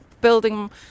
building